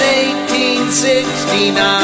1869